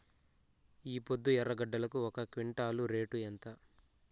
ఈపొద్దు ఎర్రగడ్డలు ఒక క్వింటాలు రేటు ఎంత?